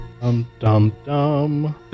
Dum-dum-dum